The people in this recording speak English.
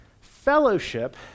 Fellowship